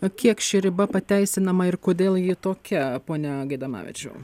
o kiek ši riba pateisinama ir kodėl ji tokia pone gaidamavičiau